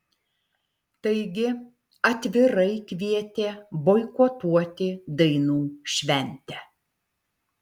taigi atvirai kvietė boikotuoti dainų šventę